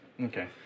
Okay